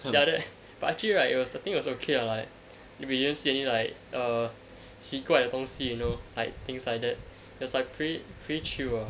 then after that but actually right it was I think it was okay lah like we didn't see any like err 奇怪的东西 you know like things like that it was like pretty pretty chill uh